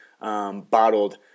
bottled